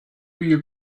you